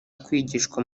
kwigishwa